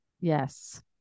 Yes